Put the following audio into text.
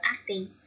acting